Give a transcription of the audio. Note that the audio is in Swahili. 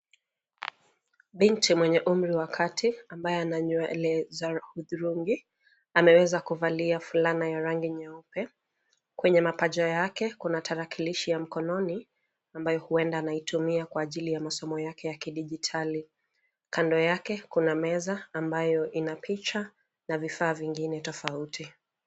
Binti mwenye umri wa kati ambaye ana nywele za hudhurungi, ameweza kuvalia fulana ya rangi nyeupe. Kwenye mapaja yake, kuna tarakilishi ya mkononi ambayo huenda anaitumia kwa ajili ya masomo yake ya kidijitali. Kando yake kuna meza, ambayo ina picha na vifaa vingine tofauti.